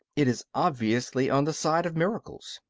it is obviously on the side of miracles.